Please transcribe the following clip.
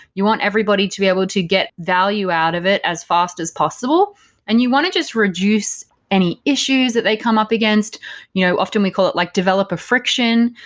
you want everybody to be able to get value out of it as fast as possible and you want to just reduce any issues that they come up against you know often, we call it like developer friction.